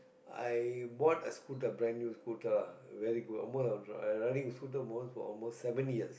I bought a scooter brand new scooter lah very good almost I was riding I riding scooter almost for almost seven years